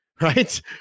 Right